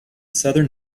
southern